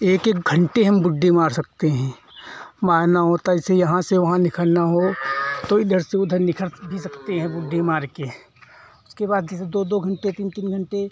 एक एक घंटे हम बुड्डी मार सकते हैं मारना होता है ऐसे यहाँ से वहाँ निखरना हो तो इधर से उधर निखर सकते हैं बुड्डी मार के उसके बाद जैसे दो दो घंटे तीन तीन घंटे